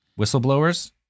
Whistleblowers